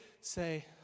say